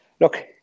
look